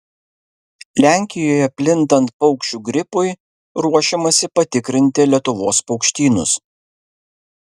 lenkijoje plintant paukščių gripui ruošiamasi patikrinti lietuvos paukštynus